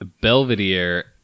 Belvedere